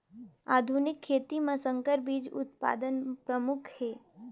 आधुनिक खेती म संकर बीज उत्पादन प्रमुख हे